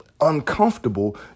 uncomfortable